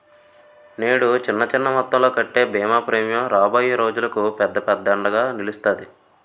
నేడు చిన్న చిన్న మొత్తంలో కట్టే బీమా ప్రీమియం రాబోయే రోజులకు పెద్ద అండగా నిలుస్తాది